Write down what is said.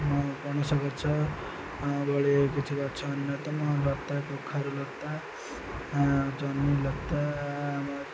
ମୋ ପଣସ ଗଛ ଏଭଳି କିଛି ଗଛ ଅନ୍ୟତମ ଲତା କଖାରୁ ଲତା ଜହ୍ନି ଲତା